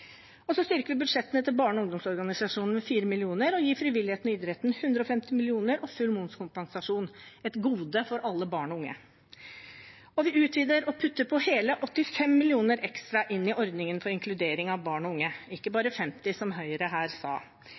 styrker budsjettene til barne- og ungdomsorganisasjonene med 4 mill. kr og gir frivilligheten og idretten 150 mill. kr og full momskompensasjon – et gode for alle barn og unge. Og vi utvider og putter på hele 85 mill. kr ekstra i ordningen for inkludering av barn og unge – ikke bare 50 mill. kr, som Høyre sa her.